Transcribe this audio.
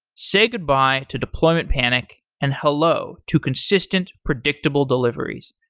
say goodbye to deployment panic and hello to consistent predictable deliveries.